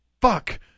fuck